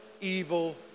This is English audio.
evil